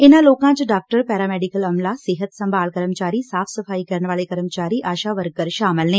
ਇਨ੍ਹਾਂ ਲੋਕਾਂ ਚ ਡਾਕਟਰ ਪੈਰਾਮੈਡੀਕਲ ਅਮਲਾ ਸਿਹਤ ਸੰਭਾਲ ਕਰਮਚਾਰੀ ਸਾਫ਼ ਸਫ਼ਾਈ ਕਰਨ ਵਾਲੇ ਕਰਮਚਾਰੀ ਆਸ਼ਾ ਵਰਕਰ ਸ਼ਾਮਲ ਨੇ